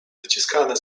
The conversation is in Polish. wyciskany